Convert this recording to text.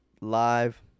live